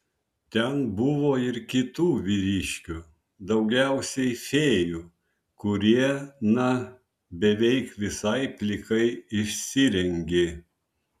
ten buvo ir kitų vyriškių daugiausiai fėjų kurie na beveik visai plikai išsirengė